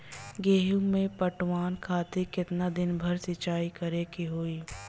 गेहूं में पटवन खातिर केतना दिन पर सिंचाई करें के होई?